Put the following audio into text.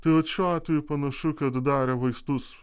tai vat šiuo atveju panašu kad darė vaistus